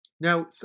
Now